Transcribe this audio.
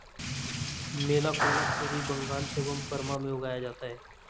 मैलाकोना पूर्वी बंगाल एवं बर्मा में उगाया जाता है